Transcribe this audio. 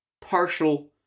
partial